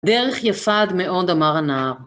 הדרך יפה עד מאוד, אמר הנער.